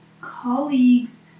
colleagues